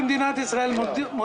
נתניהו.